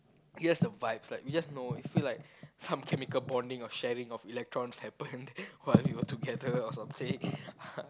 we have the vibes like we just know it feel like some chemical bonding or sharing of electrons happen while we are together or something